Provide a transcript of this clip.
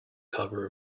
cover